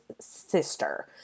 sister